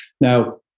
Now